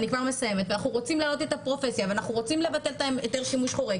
ואנחנו רוצים להעלות את הפרופסיה ואנחנו רוצים לבטל את היתר שימוש חורג